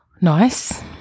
Nice